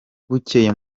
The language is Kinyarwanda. bukeye